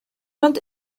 ond